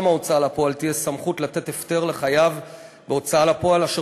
ההוצאה לפועל תהיה סמכות לתת הפטר לחייב בהוצאה לפועל אשר